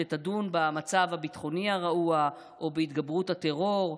שתדון במצב הביטחוני הרעוע או בהתגברות הטרור,